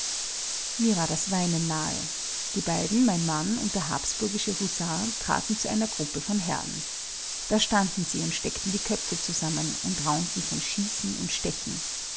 mir war das weinen nahe die beiden mein mann und der habsburgische husar traten zu einer gruppe von herren da standen sie und steckten die köpfe zusammen und raunten von schießen und stechen